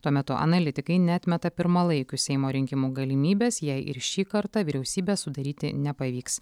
tuo metu analitikai neatmeta pirmalaikių seimo rinkimų galimybės jei ir šį kartą vyriausybės sudaryti nepavyks